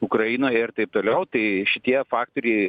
ukraina ir taip toliau tai šitie faktoriai